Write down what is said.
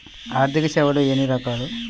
ఆర్థిక సేవలు ఎన్ని రకాలు?